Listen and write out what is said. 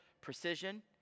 precision